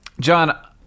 John